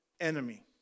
enemy